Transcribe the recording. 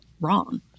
wrong